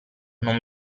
non